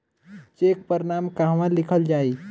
Check पर नाम कहवा लिखल जाइ?